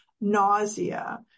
nausea